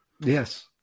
Yes